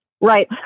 Right